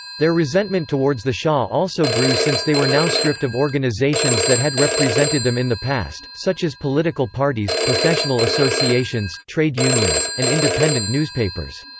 their resentment towards the shah also grew since they were now stripped of organizations that had represented them in the past, such as political parties, professional associations, trade unions, and independent newspapers.